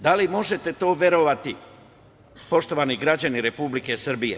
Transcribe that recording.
Da li možete to verovati, poštovani građani Republike Srbije?